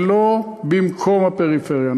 זה לא במקום הפריפריה,